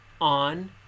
on